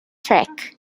track